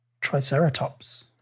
Triceratops